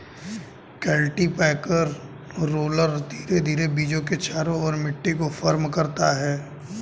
cultipacker roller धीरे धीरे बीजों के चारों ओर मिट्टी को फर्म करता है